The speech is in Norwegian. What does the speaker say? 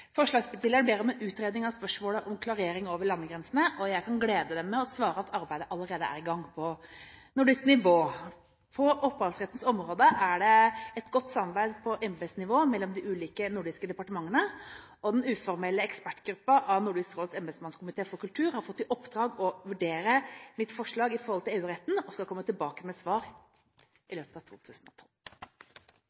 Forslagsstillerne ber om en utredning av spørsmålet om klarering over landegrensene. Jeg kan glede dem med å svare at arbeidet allerede er i gang på nordisk nivå. På opphavsrettens område er det et godt samarbeid på embetsnivå mellom de ulike nordiske departementene. Denne uformelle ekspertgruppen har fått i oppdrag av Nordisk Råds embetskomité for kultur å vurdere mitt forslag i forhold til EU-retten, og skal komme tilbake med svar i